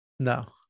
No